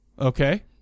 okay